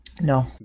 No